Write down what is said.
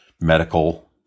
medical